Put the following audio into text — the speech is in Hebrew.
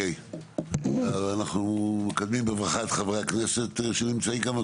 אנחנו מקדמים בברכה את חברי הכנסת שנמצאים כאן,